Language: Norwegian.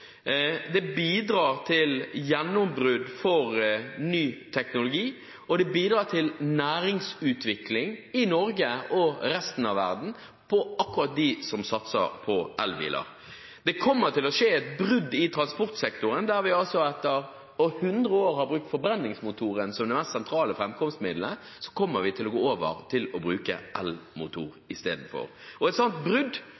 det bidrar til gjennombrudd for ny teknologi, og det bidrar til næringsutvikling i Norge og resten av verden for akkurat dem som satser på elbiler. Det kommer til å skje et brudd i transportsektoren, der vi etter 100 år hvor vi har brukt forbrenningsmotoren som det mest sentrale framkomstmiddelet, kommer til å gå over til å bruke elmotor i stedet. Et sånt brudd